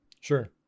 sure